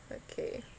okay